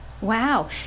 Wow